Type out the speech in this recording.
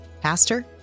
Pastor